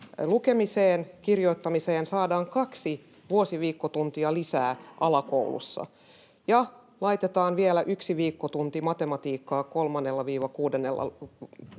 lukemiseen ja kirjoittamiseen saadaan kaksi vuosiviikkotuntia lisää alakoulussa ja laitetaan vielä yksi viikkotunti matematiikkaa 3.—6. luokalla.